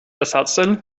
ersatzteil